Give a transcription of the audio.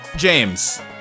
James